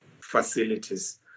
facilities